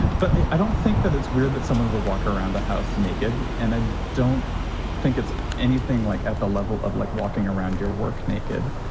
but i don't think that it's weird that someone would walk around the house naked. and i don't think it's anything like at the level of like walking around your work naked.